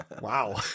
Wow